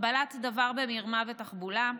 קבלת דבר במרמה ותחבולה,